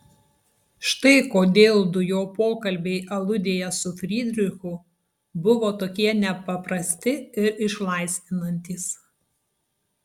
štai kodėl du jo pokalbiai aludėje su frydrichu buvo tokie nepaprasti ir išlaisvinantys